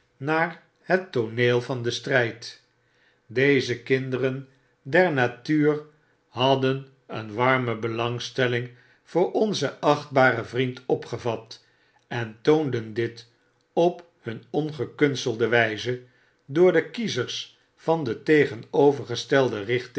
naar het tooneel van den strjjd deze kinderen der natuur hadden een warme belangstlling voor onzen achtbaren vriend opgevat en toonden dit op hun ongekunstelde wyze door de kiezers van de tegenovergestelde richting